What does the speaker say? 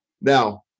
now